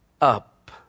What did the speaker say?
up